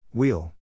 Wheel